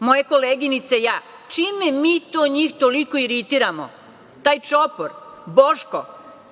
Moje koleginice i ja? Čime mi to njih toliko iritiramo, taj čopor? Boško